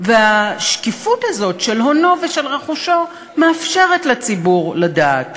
והשקיפות הזאת של הונו ושל רכושו מאפשרת לציבור לדעת.